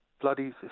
bloody